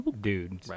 dude